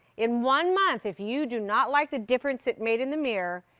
in one month if you do not like the difference it made in the mirror,